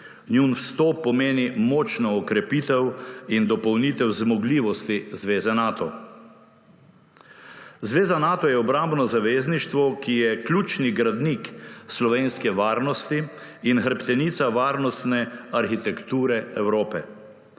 njun vstop pomeni močno okrepitev in dopolnitev zmogljivosti zveze Nato. Zveza Nato je obrambno zavezništvo, ki je ključni gradnik slovenske varnosti in hrbtenica varnostne arhitekture Evrope.